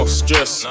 stress